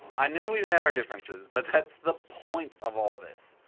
i know we've had our differences, but that's the point of all this.